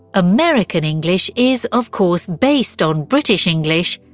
american english is, of course, based on british english,